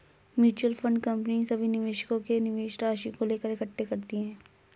mutual fund company सभी निवेशकों के निवेश राशि को लेकर इकट्ठे करती है